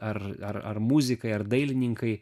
ar ar muzikai ar dailininkai